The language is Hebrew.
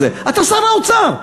אתה שר האוצר.